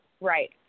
Right